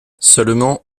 seulement